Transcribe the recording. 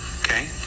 okay